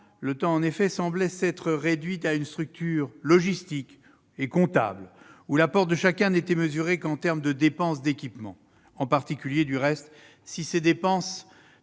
temps, l'OTAN paraissait s'être réduite à une structure logistique et comptable, où l'apport de chacun n'était mesuré qu'en termes de dépenses d'équipement, en particulier si ces dépenses